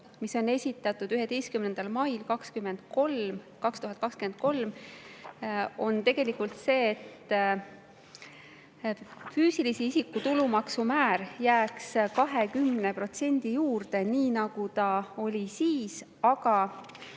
on esitatud 11. mail 2023 ja selle sisu on tegelikult see, et füüsilise isiku tulumaksu määr jääks 20% juurde, nii nagu ta oli siis, aga